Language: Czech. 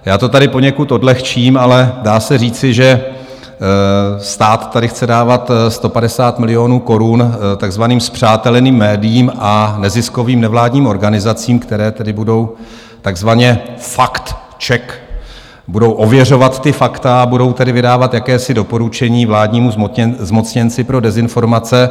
Já to tady poněkud odlehčím, ale dá se říci, že stát tady chce dávat 150 milionů korun takzvaným spřáteleným médiím a neziskovým nevládním organizacím, které tedy budou takzvaně factcheck, budou ověřovat ta fakta, a budou tedy vydávat jakási doporučení vládnímu zmocněnci pro dezinformace.